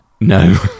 No